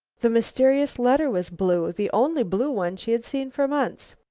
the mysterious letter was blue the only blue one she had seen for months.